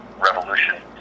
revolution